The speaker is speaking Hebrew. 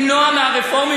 למנוע שהרפורמים